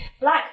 Black